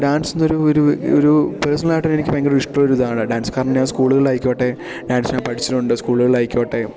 ഡാൻസിന്നൊരു ഒരു ഒരു പേഴ്സണലായിട്ടൊക്കെ എനിക്ക് ഭയങ്കര ഇഷ്ടമുള്ളൊരിതാണ് ഡാൻസ് കാരണം ഞാൻ സ്കൂളുകളിലായിക്കോട്ടെ ഡാൻസ് ഞാൻ പഠിച്ചിട്ടുണ്ട് സ്കൂളുകളിലായിക്കോട്ടെ